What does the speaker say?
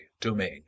domain